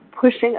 pushing